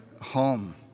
home